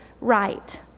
right